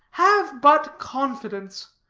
have but confidence.